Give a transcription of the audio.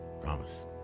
promise